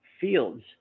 fields